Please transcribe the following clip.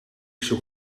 zoek